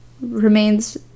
remains